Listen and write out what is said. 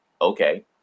okay